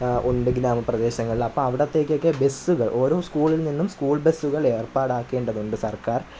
ഉണ്ട് ഗ്രാമപ്രദേശങ്ങളിൽ അപ്പം അവിടത്തേക്ക് ഒക്കെ ബസ്സുകൾ ഓരോ സ്കൂളിൽ നിന്നും സ്കൂൾ ബസ്സുകൾ ഏർപ്പാടാക്കേണ്ടതുണ്ട് സർക്കാർ